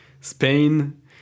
Spain